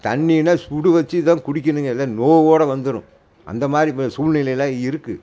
தண்ணினால் சுட வச்சிதான் குடிக்கணுங்க இல்லை நோவோட வந்துடும் அந்த மாதிரி இப்போ சூழ்நிலையெல்லாம் இருக்குது